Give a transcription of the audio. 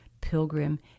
pilgrim